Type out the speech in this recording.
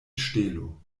ŝtelo